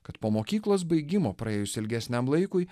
kad po mokyklos baigimo praėjus ilgesniam laikui